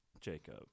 Jacob